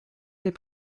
les